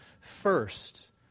first